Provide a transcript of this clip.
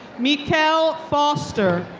mikel foster.